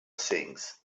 things